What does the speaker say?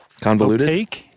Convoluted